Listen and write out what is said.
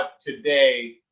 today